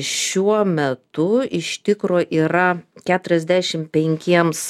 šiuo metu iš tikro yra keturiasdedšim penkiems